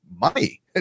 money